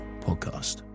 Podcast